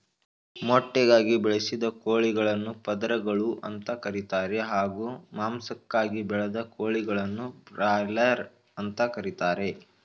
ಮೊಟ್ಟೆಗಾಗಿ ಬೆಳೆಸಿದ ಕೋಳಿಗಳನ್ನು ಪದರಗಳು ಅಂತ ಕರೀತಾರೆ ಹಾಗೂ ಮಾಂಸಕ್ಕಾಗಿ ಬೆಳೆದ ಕೋಳಿಗಳನ್ನು ಬ್ರಾಯ್ಲರ್ ಅಂತ ಕರೀತಾರೆ